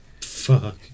Fuck